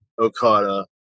Okada